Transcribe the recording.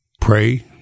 pray